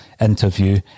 interview